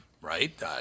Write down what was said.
Right